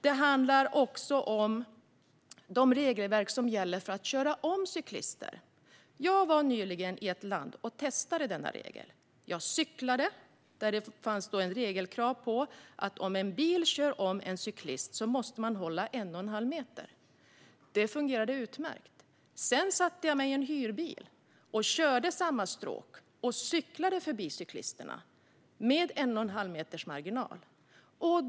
Det handlar också om det regelverk som gäller för att köra om cyklister. Jag var nyligen i ett land och testade denna regel. Jag cyklade där det fanns ett regelkrav på att en bil som kör om en cyklist måste hålla en och en halv meters avstånd. Det fungerade utmärkt. Sedan satte jag mig i en hyrbil och körde samma stråk. Jag körde förbi cyklisterna med en och en halv meters marginal.